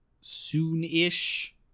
Soon-ish